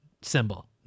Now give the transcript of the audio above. symbol